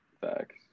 Facts